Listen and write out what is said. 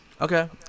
Okay